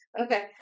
Okay